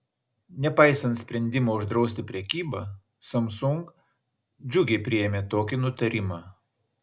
nepaisant sprendimo uždrausti prekybą samsung džiugiai priėmė tokį nutarimą